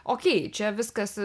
okėj čia viskas